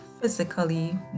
physically